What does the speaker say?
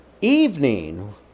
evening